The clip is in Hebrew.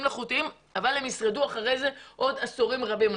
מלאכותיים אבל הם ישרדו אחר כך עוד עשורים רבים.